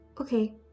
Okay